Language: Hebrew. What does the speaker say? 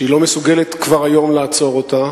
שהיא לא מסוגלת כבר היום לעצור אותה,